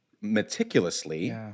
meticulously